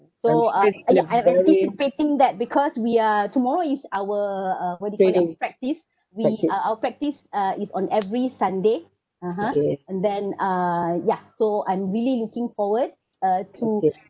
so uh I'm I'm anticipating that because we are tomorrow is our uh what do you call that practise we uh our practise uh is on every sunday (uh huh) and then uh yeah so I'm really looking forward uh to